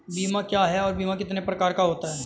बीमा क्या है और बीमा कितने प्रकार का होता है?